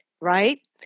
right